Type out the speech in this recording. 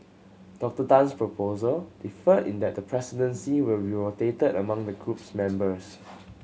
Doctor Tan's proposal differed in that the presidency will be rotated among the group's members